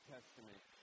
Testament